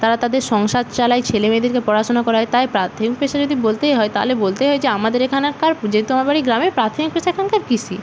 তারা তাদের সংসার চালায় ছেলে মেয়েদেরকে পড়াশোনা করায় তাই প্রাথমিক পেশা যদি বলতেই হয় তাহলে বলতেই হয় যে আমাদের এখানকার যেহেতু আমার বাড়ি গ্রামে প্রাথমিক পেশা কিন্তু কৃষি